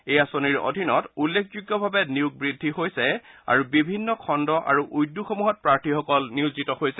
এই আঁচনিৰ অধীনত নিয়োগৰ উল্লেখযোগ্যভাৱে বৃদ্ধি হৈছে আৰু বিভিন্ন খণ্ড আৰু উদ্যোগসমূহত প্ৰাৰ্থীসকল নিয়োজিত হৈছে